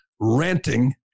ranting